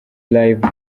live